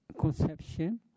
conception